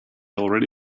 already